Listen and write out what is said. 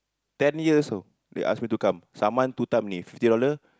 ten years you know they ask me to come summon two time only fifty dollars